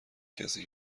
کسی